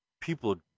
people